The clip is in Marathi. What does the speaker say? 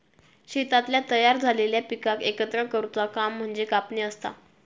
शेतातल्या तयार झालेल्या पिकाक एकत्र करुचा काम म्हणजे कापणी असता